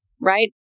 right